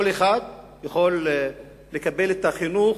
כל אחד יכול לקבל חינוך,